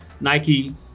Nike